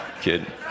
kid